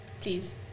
Please